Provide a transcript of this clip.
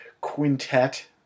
quintet